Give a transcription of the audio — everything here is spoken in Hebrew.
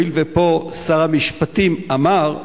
הואיל ופה שר המשפטים אמר,